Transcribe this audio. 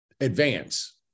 advance